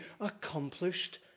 accomplished